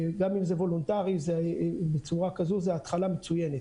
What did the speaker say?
גם אם זה וולונטרי, בצורה כזאת זאת התחלה מצוינת.